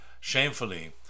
Shamefully